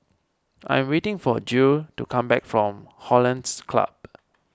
I am waiting for Jule to come back from Hollandse Club